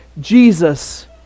Jesus